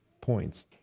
points